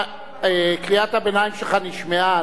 קריאת הביניים שלך נשמעה.